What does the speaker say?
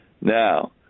Now